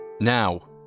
Now